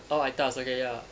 oh I_T_A_S